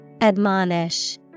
Admonish